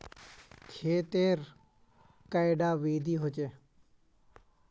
खेत तेर कैडा विधि होचे?